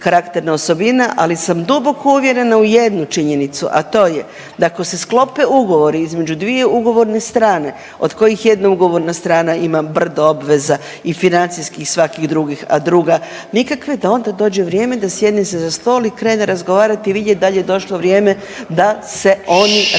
karakterna osobina. Ali sam duboko uvjerena u jednu činjenicu, a to je da ako se sklope ugovori između dvije ugovorne strane od kojih jedna ugovorna strana ima brdo obveza i financijskih i svakih drugih, a drugih nikakve da onda dođe vrijeme da sjedne se za stol i krene razgovarat i vidjet dal je došlo vrijeme da se oni revidiraju.